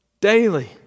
Daily